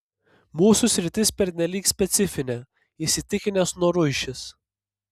mūsų sritis pernelyg specifinė įsitikinęs noruišis